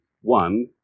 One